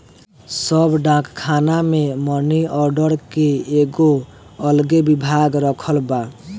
सब डाक खाना मे मनी आर्डर के एगो अलगे विभाग रखल बा